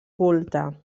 culte